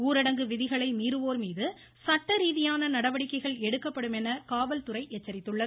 ஊரடங்கு விதிகளை மீறுவோர் மீது சட்டரீதியான நடவடிக்கைகள் எடுக்கப்படும் என காவல்துறை எச்சரித்துள்ளது